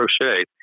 crochet